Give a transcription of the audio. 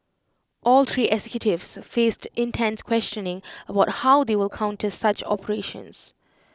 all three executives faced intense questioning about how they will counter such operations